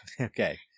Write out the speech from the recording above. Okay